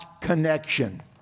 connection